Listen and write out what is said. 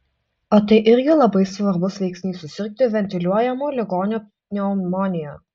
o tai irgi labai svarbus veiksnys susirgti ventiliuojamų ligonių pneumonija